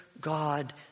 God